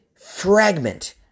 fragment